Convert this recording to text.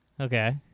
Okay